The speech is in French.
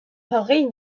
pareille